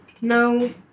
No